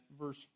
verse